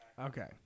Okay